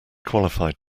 qualified